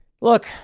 look